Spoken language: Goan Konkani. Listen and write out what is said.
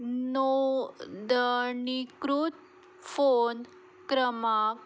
नोंदणीकृत फोन क्रमाक